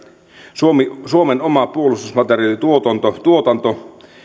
suomen oma puolustusmateriaalituotanto